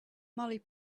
molly